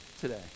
today